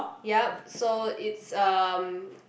yup so it's um